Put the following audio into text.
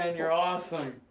um you're awesome.